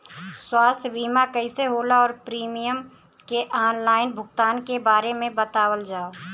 स्वास्थ्य बीमा कइसे होला और प्रीमियम के आनलाइन भुगतान के बारे में बतावल जाव?